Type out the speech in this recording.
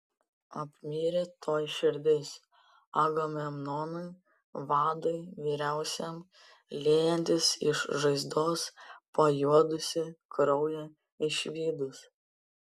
apmirė tuoj širdis agamemnonui vadui vyriausiam liejantis iš žaizdos pajuodusį kraują išvydus